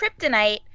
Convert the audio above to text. kryptonite